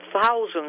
thousands